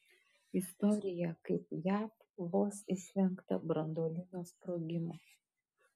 istorija kaip jav vos išvengta branduolinio sprogimo